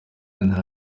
nta